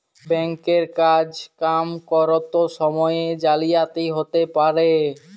bank এর কাজ কাম ক্যরত সময়ে জালিয়াতি হ্যতে পারে